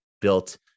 built